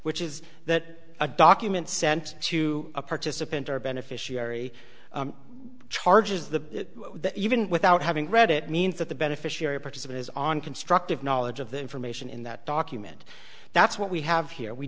which is that a document sent to a participant or beneficiary charges the even without having read it means that the beneficiary participant is on constructive knowledge of the information in that document that's what we have here we